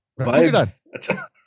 Vibes